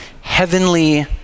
heavenly